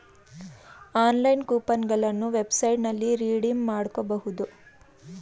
online coupon ಗಳನ್ನ ವೆಬ್ಸೈಟ್ನಲ್ಲಿ redeem ಮಾಡ್ಕೋಬಹುದು